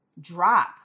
drop